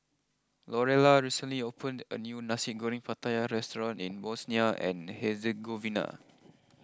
Lorelai recently opened a new Nasi Goreng Pattaya restaurant in Bosnia and Herzegovina